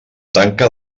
tanca